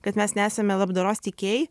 kad mes nesame labdaros teikėjai